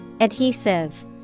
Adhesive